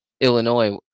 illinois